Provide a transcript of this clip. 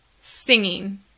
singing